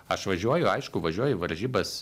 aš važiuoju aišku važiuoju į varžybas